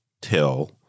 till